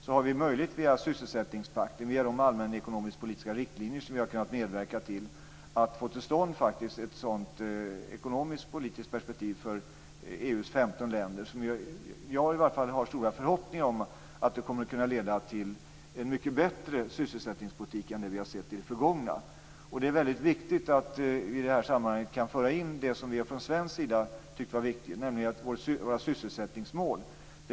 Vi har möjlighet att via sysselsättningspakten och de allmänna ekonomisk-politiska riktlinjerna få till stånd ett ekonomisk-politiskt perspektiv för EU:s 15 länder som kommer att kunna leda till en mycket bättre sysselsättningspolitik än den vi sett i det förgångna. Det är viktigt att vi kan föra in det som vi från svensk sida tycker är viktigt, nämligen våra sysselsättningsmål.